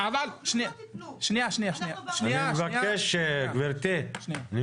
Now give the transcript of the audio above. אדוני היושב ראש, עכשיו אני